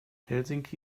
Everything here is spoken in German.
helsinki